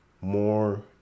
more